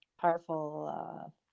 powerful